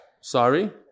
sorry